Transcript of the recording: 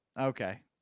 Okay